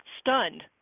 stunned